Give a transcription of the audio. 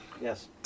Yes